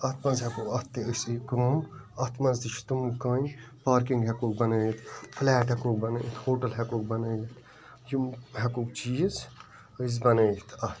اَتھ مَنٛز ہیٚکو اَتھ تہِ أسۍ یہِ کٲم اَتھ مَنٛز تہِ چھِ تِمہٕ کامہِ پارکِنٛگ ہیٚکوکھ بَنٲوِتھ فلیٹ ہیٚکوکھ بَنٲوِتھ ہوٹَل ہیٚکوکھ بَنٲوِتھ یم ہیٚکوکھ چیٖز أسۍ بَنٲوِتھ اَتھ